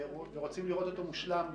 ואנחנו רוצים לראות אותו מושלם.